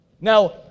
Now